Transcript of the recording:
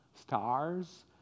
stars